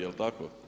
Jel' tako?